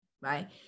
right